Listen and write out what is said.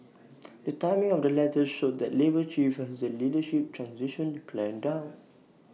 the timing of the letters showed that labour chief has the leadership transition planned out